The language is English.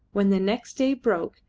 when the next day broke,